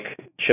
chip